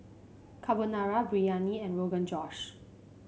Carbonara Biryani and Rogan Josh